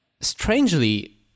strangely